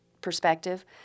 perspective